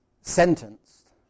sentenced